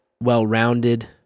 well-rounded